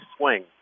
swing